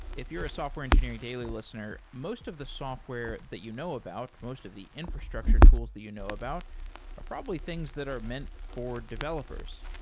if you're a software engineering daily listener, most of the software that you know about, most of the infrastructure tools that you know about are probably things that are meant for developers.